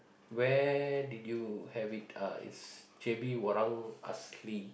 where did you have it uh its J_B Orang Asli